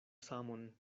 samon